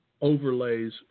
overlays